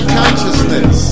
consciousness